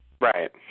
right